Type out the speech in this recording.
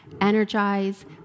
energize